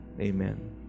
Amen